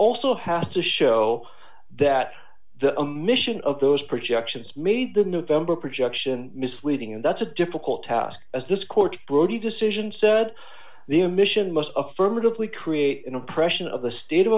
also has to show that the mission of those projections made the new fembot projection misleading and that's a difficult task as this court brodie decision said the emission must affirmatively create an impression of the state of